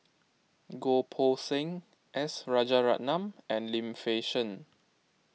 Goh Poh Seng S Rajaratnam and Lim Fei Shen